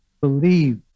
believe